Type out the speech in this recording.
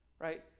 right